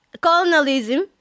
colonialism